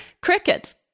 Crickets